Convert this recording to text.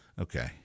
Okay